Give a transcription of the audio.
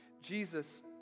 Jesus